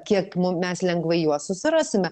kiek mum mes lengvai juos susirasime